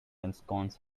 ensconce